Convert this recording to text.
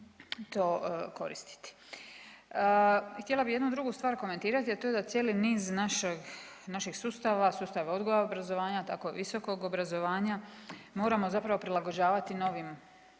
Htjela bih jednu drugu stvar komentirati, a to je da cijeli niz našeg sustava, sustava odgoja, obrazovanja, tako visokog obrazovanja moramo zapravo prilagođavati novim